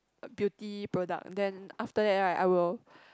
beauty product then after that right I will